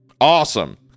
Awesome